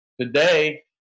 Today